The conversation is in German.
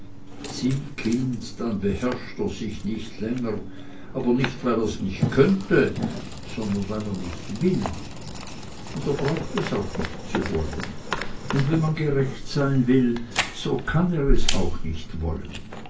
sieh kind dann beherrscht er sich nicht länger aber nicht weil er's nicht könnte nein weil er nicht will und er braucht es auch nicht zu wollen und wenn man gerecht sein will er kann es auch nicht wollen